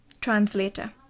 Translator